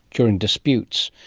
during disputes.